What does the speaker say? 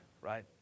right